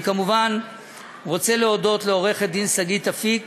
אני כמובן רוצה להודות לעו"ד שגית אפיק,